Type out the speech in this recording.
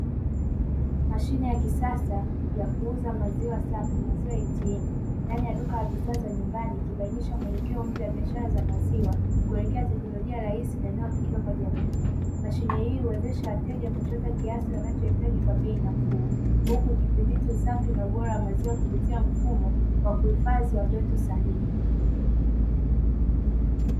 Mashine ya kisasa ya kuuza maziwa safi maziwa atm, ndani ya duka la bidhaa za nyumbani ikibadilisha muelekeo mpya wa biashara za maziwa kuelekea teknolojia rahisi inayotumika katika jamii. Mashine hii huwezesha wateja kuchota kiasi wanachohitaji kwa bei nafuu, huku ikithibiti usafi na ubora wa maziwa kupitia mfumo wa kuhifadhi wa joto sahihi.